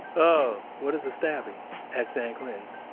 oh. what is a stabbing at san quentin?